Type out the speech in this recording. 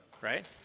Right